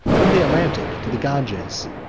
from the atlantic to the ganges,